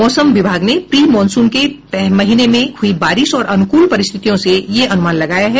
मौसम विभाग ने प्री मॉनसून के महीने में हुई बारिश और अनुकूल परिस्थितियों से यह अनुमान लगाया है